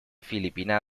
filipina